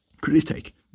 critique